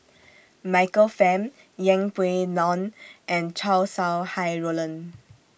Michael Fam Yeng Pway Ngon and Chow Sau Hai Roland